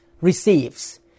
receives